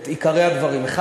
בעיקרי הדברים: א.